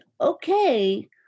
okay